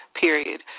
period